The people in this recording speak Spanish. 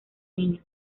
niño